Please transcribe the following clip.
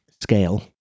scale